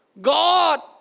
God